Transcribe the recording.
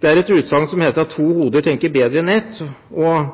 Det er et utsagn som sier at to hoder tenker bedre enn ett.